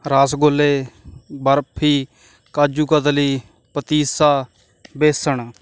ਰਸ ਗੁੱਲੇ ਬਰਫ਼ੀ ਕਾਜੂ ਕਤਲੀ ਪਤੀਸਾ ਬੇਸਣ